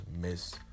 miss